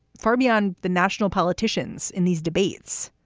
far beyond the national politicians in these debates.